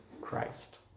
Christ